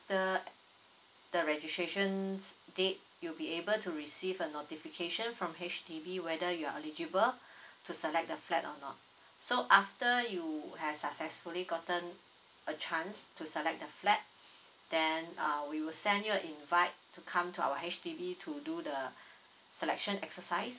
the registration date you'll be able to receive a notification from H_D_B whether you are eligible to select the flat or not so after you have successfully gotten a chance to select the flat then uh we will send you a an invite to come to our H_D_B to do the selection exercise